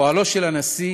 פועלו של הנשיא